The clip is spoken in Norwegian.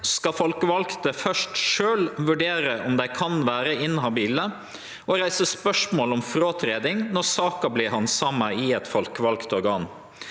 skal folkevalde først sjølve vurdere om dei kan vere inhabile og reise spørsmål om fråtreding når saka vert handsama i eit folkevalt organ.